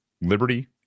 liberty